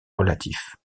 relatif